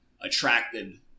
attracted